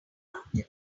after